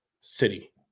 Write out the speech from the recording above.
city